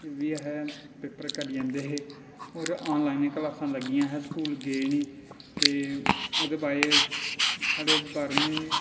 फिर बी अस पेपर करी औंदे हे होर आनलाइन गै क्लासां लग्गियां हियां स्कूल गे निं ते ओह्दे बाद च साढ़े बाह्रमीं